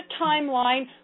timeline